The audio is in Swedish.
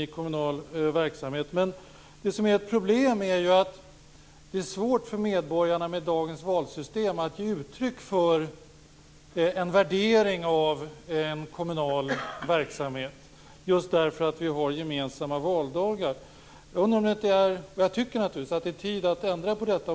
Det som är ett problem är att det med dagens valsystem är svårt för medborgarna att ge uttryck för en värdering av en kommunal verksamhet just därför att vi har gemensamma valdagar. Jag tycker att det är tid att ändra på detta.